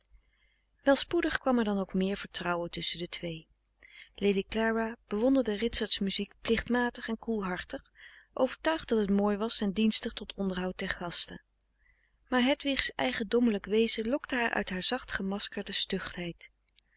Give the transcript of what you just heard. wel spoedig kwam er dan ook meer vertrouwen tusschen de twee lady clara bewonderde ritsert's muziek plichtmatig en koelhartig overtuigd dat het mooi was en dienstig tot onderhoud der gasten maar hedwig's eigendommelijk wezen lokte haar uit haar zacht gemaskerde